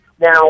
Now